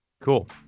Cool